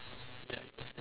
<S